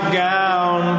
gown